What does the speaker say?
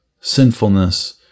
sinfulness